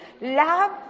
Love